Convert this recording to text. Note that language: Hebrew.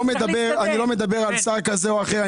אני לא מדבר על שר כזה או אחר.